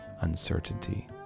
uncertainty